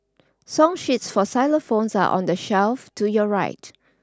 song sheets for xylophones are on the shelf to your right